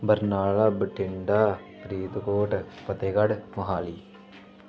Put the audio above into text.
Barnala Bathinda Faridkot Fatehgarh Mohali